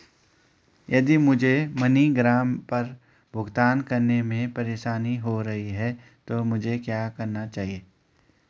यदि मुझे मनीग्राम पर भुगतान करने में परेशानी हो रही है तो मुझे क्या करना चाहिए?